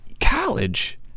College